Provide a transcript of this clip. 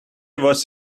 was